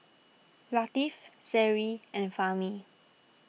Latif Seri and Fahmi